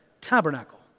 tabernacle